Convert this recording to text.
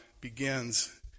begins